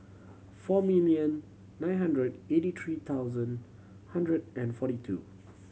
four million nine hundred eighty three thousand hundred and forty two